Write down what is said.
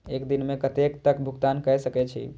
एक दिन में कतेक तक भुगतान कै सके छी